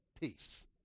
peace